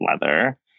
leather